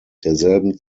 derselben